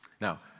Now